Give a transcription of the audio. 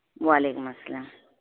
وعلیکم السلام